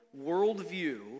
worldview